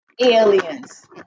aliens